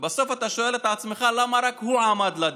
ובסוף אתה שואל את עצמך: למה רק הוא הועמד לדין?